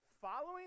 following